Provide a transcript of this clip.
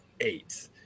Eight